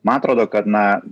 man atrodo kad na